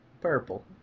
Purple